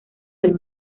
del